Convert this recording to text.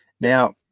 Now